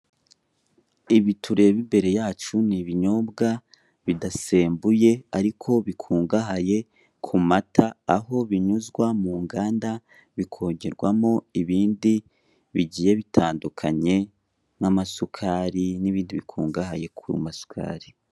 Ibi tureba imbere yacu ni ibinyobwa bidasembuye ariko bikungahaye ku mata, aho binyuzwa mu nganda bikongerwamo ibindi bigiye bitandukanye n'amasukari n'ibindi bikungahaye ku masukari.